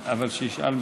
זה.